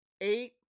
eight